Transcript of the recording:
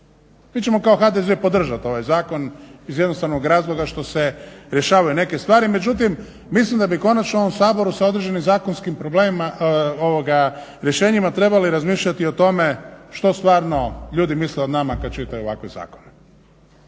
Mi ćemo kao HDZ podržati ovaj zakon iz jednostavnog razloga što se rješavaju neke stvari, međutim mislim da bi konačno u ovom Saboru sa određenim zakonskim rješenjima trebali razmišljati i o tome što stvarno ljudi misle o nama kad čitaju ovakve zakone.